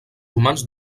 romans